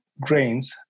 grains